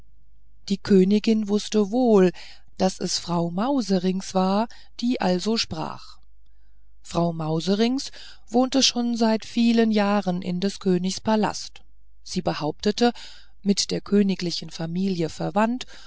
die königin wußte wohl daß es frau mauserinks war die also sprach frau mauserinks wohnte schon seit vielen jahren in des königs palast sie behauptete mit der königlichen familie verwandt